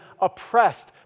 oppressed